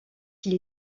qu’il